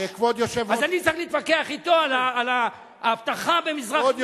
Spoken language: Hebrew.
אז אני צריך להתווכח אתו על האבטחה במזרח-ירושלים?